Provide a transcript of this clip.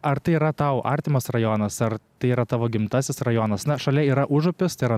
ar tai yra tau artimas rajonas ar tai yra tavo gimtasis rajonas na šalia yra užupis tai yra